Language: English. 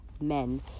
men